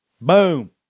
Boom